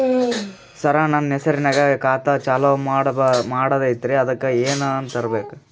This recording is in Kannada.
ಸರ, ನನ್ನ ಹೆಸರ್ನಾಗ ಖಾತಾ ಚಾಲು ಮಾಡದೈತ್ರೀ ಅದಕ ಏನನ ತರಬೇಕ?